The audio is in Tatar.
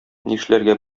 нишләргә